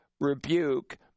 rebuke